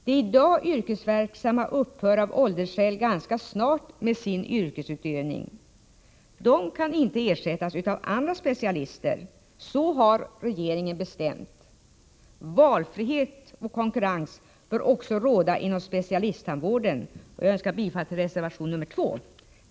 De i dag yrkesverksamma upphör av åldersskäl ganska snart med sin yrkesutövning. De kan inte ersättas av andra specialister, så har regeringen bestämt. Valfrihet och konkurrens bör också råda inom specialisttandvården. Jag yrkar bifall till reservation nr 2.